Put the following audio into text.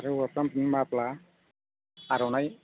हौवाफ्रा माफ्ला आर'नाइ